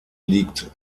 liegt